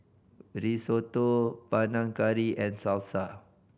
Risotto Panang Curry and Salsa